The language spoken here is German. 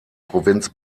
provinz